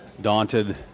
daunted